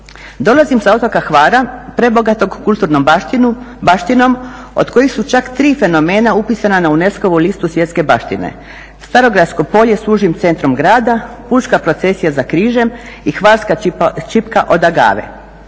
Dolazim sa otoka Hvara prebogatog kulturnom baštinom od kojih su čak tri fenomena upisana na UNESCO-vu listu svjetske baštine, Starogradsko polje s užim centrom grada, Pučka procesija za Križem i Hvarska čipka od agave.